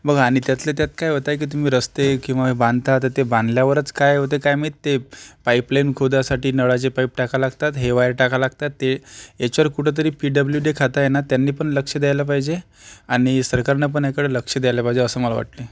बघा आणि त्यातल्या त्यात काय होतंय की तुम्ही रस्ते किंवा बांधता तर ते बांधल्यावरच काय होते काय माहीत ते पाईपलाईन खोदायसाठी नळाचे पाईप टाका लागतात हे वायर टाका लागतात ते याच्यावर कुठेतरी पी डब्लू डी खातं आहे ना त्यांनी पण लक्ष द्यायला पाहिजे आणि सरकारनं पण याकडे लक्ष द्यायला पाहिजे असं मला वाटते